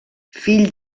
fill